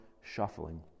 shuffling